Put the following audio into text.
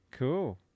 Cool